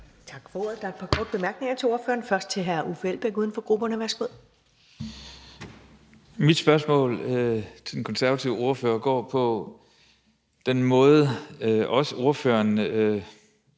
Mit spørgsmål til den konservative ordfører går på den måde, ordføreren